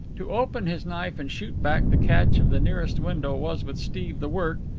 to open his knife and shoot back the catch of the nearest window was with steve the work,